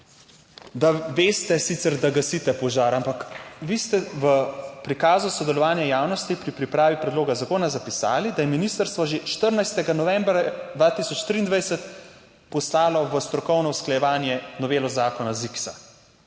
da veste sicer, da gasite požar, ampak vi ste v prikazu sodelovanja javnosti pri pripravi predloga zakona zapisali, da je ministrstvo že 14. novembra 2023 poslalo v strokovno usklajevanje novelo zakona ZIKS.